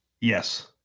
yes